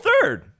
third